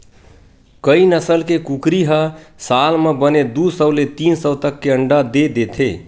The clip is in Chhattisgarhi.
कइ नसल के कुकरी ह साल म बने दू सौ ले तीन सौ तक के अंडा दे देथे